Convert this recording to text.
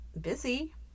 busy